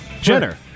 Jenner